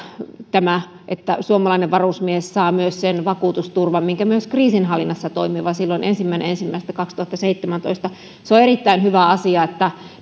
on se että suomalainen varusmies saa myös sen vakuutusturvan minkä kriisinhallinnassa toimiva silloin ensimmäinen ensimmäistä kaksituhattaseitsemäntoista sai se on erittäin hyvä asia että